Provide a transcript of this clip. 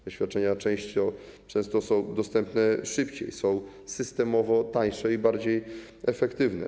Te świadczenia często są dostępne szybciej, są systemowo tańsze i bardziej efektywne.